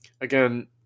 Again